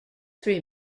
three